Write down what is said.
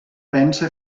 pense